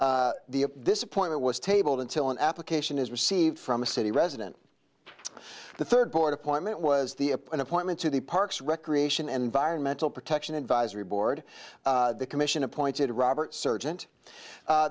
the disappointment was tabled until an application is received from the city resident the third court appointment was the an appointment to the parks recreation and environmental protection advisory board the commission appointed robert